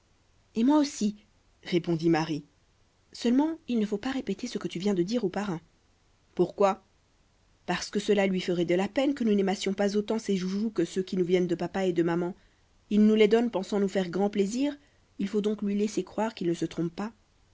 et moi aussi répondit marie seulement il ne faut pas répéter ce que tu viens de dire au parrain pourquoi parce que cela lui ferait de la peine que nous n'aimassions pas autant ses joujoux que ceux qui nous viennent de papa et de maman il nous les donne pensant nous faire grand plaisir il faut donc lui laisser croire qu'il ne se trompe pas